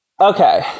Okay